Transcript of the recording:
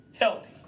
healthy